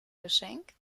geschenk